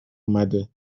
اومده